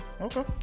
Okay